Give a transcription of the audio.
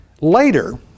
later